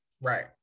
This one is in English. Right